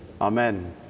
amen